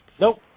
Nope